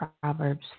Proverbs